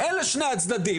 אלה שני הצדדים.